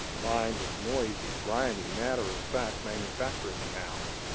lined with noisy, grimy, matter-of-fact manufacturing towns,